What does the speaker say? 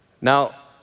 Now